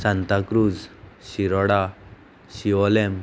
Santa Cruz Shiroda Siolim